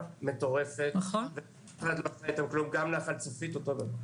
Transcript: מטורפת --- בנחל צפית --- אותו דבר.